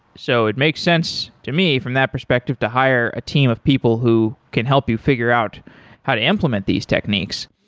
so it makes sense to me from that perspective to hire a team of people who can help you figure out how to implement these techniques.